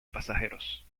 pasajeros